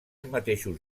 mateixos